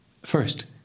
First